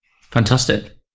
fantastic